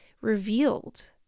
revealed